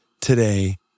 today